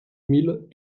mille